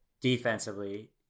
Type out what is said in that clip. defensively